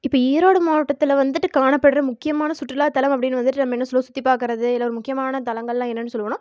இப்போ ஈரோடு மாவட்டத்தில் வந்துட்டு காணப்படுற முக்கியமானச் சுற்றுலாத்தலம் அப்படின்னு வந்துட்டு நம்ம என்ன சொல்லுவோம் சுற்றிப் பார்க்கறது இல்லை ஒரு முக்கியமான தலங்கள்லாம் என்னன்னு சொல்லுவோன்னால்